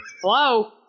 hello